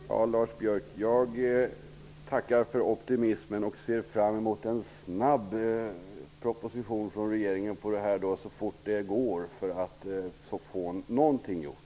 Herr talman! Lars Biörck, jag tackar för optimismen och ser fram emot att det så snart som möjligt kommer en proposition från regeringen på detta område. Då blir det någonting gjort.